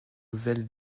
nouvelle